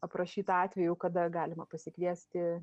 aprašyta atvejų kada galima pasikviesti